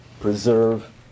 preserve